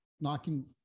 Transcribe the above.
knocking